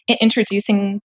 introducing